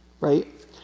Right